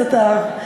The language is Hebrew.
זה טוב.